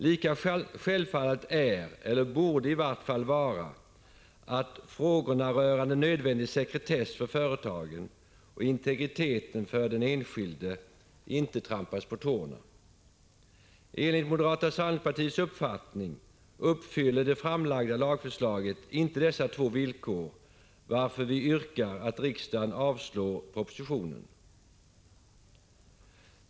Lika självfallet är, eller borde i vart fall vara, att den nödvändiga sekretessen för företagen och integriteten för den enskilde inte trampas på tårna. Enligt moderata samlingspartiets uppfattning uppfyller det framlagda lagförslaget inte dessa två villkor, varför vi yrkar att riksdagen avslår propositionen.